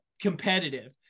competitive